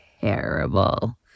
terrible